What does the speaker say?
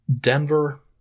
Denver